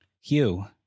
Hugh